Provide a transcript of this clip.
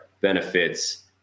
benefits